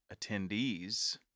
attendees